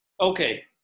Okay